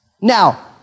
Now